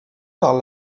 par